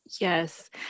Yes